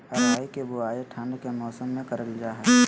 राई के बुवाई ठण्ड के मौसम में करल जा हइ